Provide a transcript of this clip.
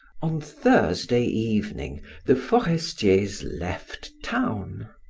on thursday evening the forestiers left town.